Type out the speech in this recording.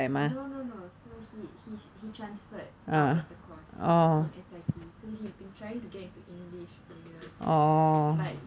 no no no he so he he he transferred out of the course from S_I_T so he's been trying to get into english for years but